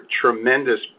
tremendous